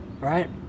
right